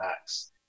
Max